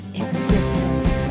existence